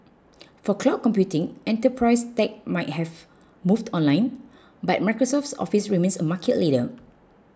for cloud computing enterprise tech might have moved online but Microsoft's Office remains a market leader